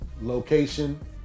Location